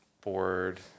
board